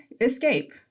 escape